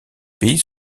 pays